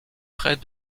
près